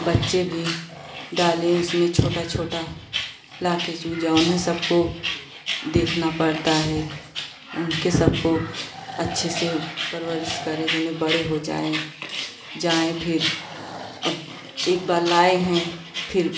बच्चे भी डालें उसमें छोटा छोटा लाके चूजा उन्हें सबको देखना पड़ता है उनके सबको अच्छे से परवरिश करें जौने बड़े हो जाएँ जाएँ फिर अब एक बार लाए हैं फिर